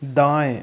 दाएं